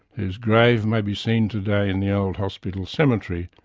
whose grave may be seen today in the old hospital cemetery,